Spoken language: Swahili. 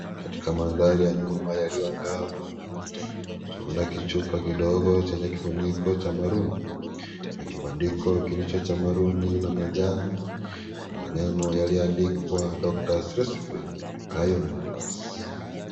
Katika mandhari ya nyuma yaliyo angafu. Tunaina kichupa kidogo chenye kifuniko cha maruni. Na kibandiko kilicho cha maruni na manjano. Na maneno yaliyoandikwa doctor`s recipe iron plus